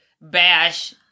bash